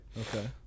Okay